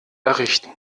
errichten